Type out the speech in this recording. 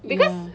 ya